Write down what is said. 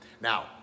Now